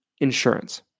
insurance